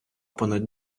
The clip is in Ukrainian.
понад